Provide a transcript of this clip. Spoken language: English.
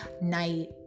night